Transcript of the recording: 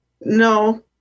No